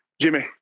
Jimmy